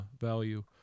value